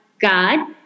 God